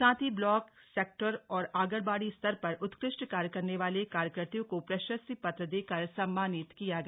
साथ ही block sector और आंगनबाड़ी स्तर पर उत्कृष्ट कार्य करने वाले कार्यकत्रियों को प्रशस्ति पत्र देकर सम्मानित किया गया